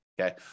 okay